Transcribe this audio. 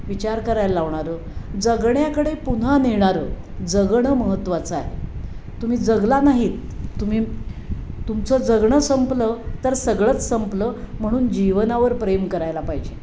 विचार करायला लावणारं जगण्याकडे पुन्हा नेणारं जगणं महत्वाचं आहे तुम्ही जगला नाहीत तुम्ही तुमचं जगणं संपलं तर सगळंच संपलं म्हणून जीवनावर प्रेम करायला पाहिजे